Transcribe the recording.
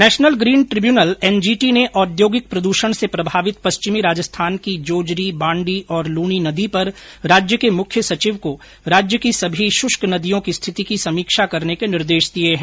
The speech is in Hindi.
नेशनल ग्रीन ट्रिब्यूनल एनजीटी ने औद्योगिक प्रदूषण से प्रभावित पश्चिमी राजस्थान की जोजरी बांडी और लूणी नदी पर राज्य के मुख्य सचिव को राज्य की सभी शृष्क नदियों की स्थिति की समीक्षा करने के निर्देश दिये है